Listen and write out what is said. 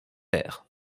ter